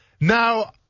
Now